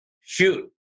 Shoot